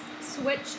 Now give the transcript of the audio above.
switch